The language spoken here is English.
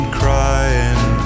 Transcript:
crying